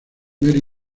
mary